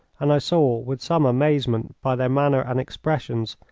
and i saw with some amazement, by their manner and expressions,